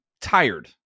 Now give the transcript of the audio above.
tired